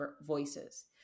voices